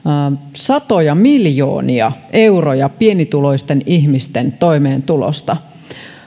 satoja miljoonia euroja pienituloisten ihmisten toimeentulosta